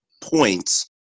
points